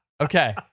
Okay